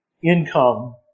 income